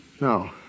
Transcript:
No